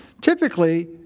typically